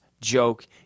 joke